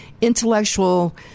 intellectual